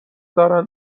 دارند